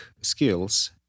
skills